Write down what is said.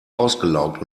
ausgelaugt